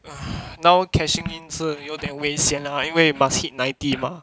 now cashing in 是有点危险 ah 因为 must hit ninety mah